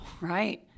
Right